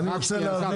אני אסביר